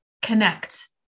Connect